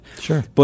Sure